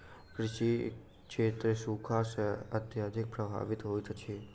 कृषि क्षेत्र सूखा सॅ अत्यधिक प्रभावित होइत अछि